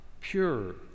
pure